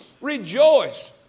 Rejoice